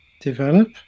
develop